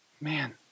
Man